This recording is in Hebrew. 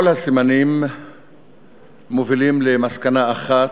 כל הסימנים מובילים למסקנה אחת,